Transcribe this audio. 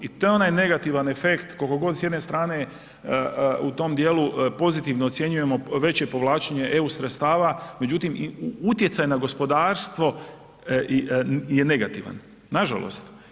I to je onaj negativan efekt koliko god s jedne strane u tom dijelu pozitivno ocjenjujemo veće povlačenje EU sredstava, međutim utjecaj na gospodarstvo je negativan nažalost.